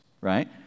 right